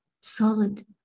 solid